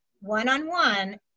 one-on-one